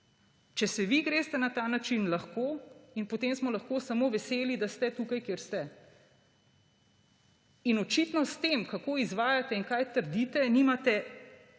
Če se vi greste na ta način, lahko, in potem smo lahko samo veseli, da ste tukaj, kjer ste. In očitno s tem, kako izvajate in kaj trdite, nimate